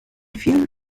vielen